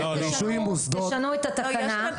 תשנו את התקנה,